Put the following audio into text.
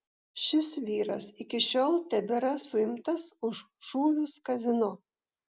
šis vyras iki šiol tebėra suimtas už šūvius kazino